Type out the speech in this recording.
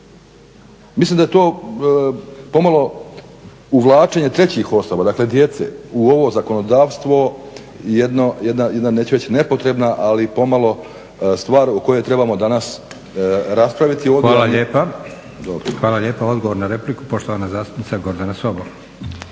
Mislim da je to pomalo uvlačenje trećih osoba, dakle djece u ovo zakonodavstvo, jedna neću reći nepotrebna ali pomalo stvar o kojoj trebamo danas raspraviti… **Leko, Josip (SDP)** Hvala lijepa. Odgovor na repliku, poštovana zastupnica Gordana Sobol.